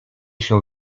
się